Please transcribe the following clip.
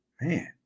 man